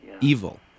evil